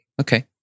Okay